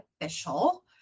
official